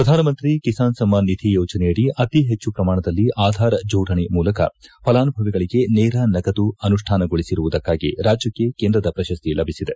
ಪ್ರಧಾನ ಮಂತ್ರಿ ಕಿಸಾನ್ ಸಮ್ಮಾನ್ ನಿಧಿ ಯೋಜನೆಯಡಿ ಅತಿಪೆಟ್ಟು ಪ್ರಮಾಣದಲ್ಲಿ ಆಧಾರ್ ಜೋಡಣೆ ಮೂಲಕ ಫಲಾನುಭವಿಗಳಿಗೆ ನೇರ ನಗದು ಅನುಷ್ಯಾನಗೊಳಿಸಿರುವುದಕ್ಕಾಗಿ ರಾಜ್ಯಕ್ಕೆ ಕೇಂದ್ರದ ಪ್ರಶಸ್ತಿ ಲಭಿಸಿದೆ